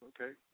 okay